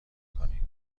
کنید